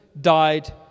died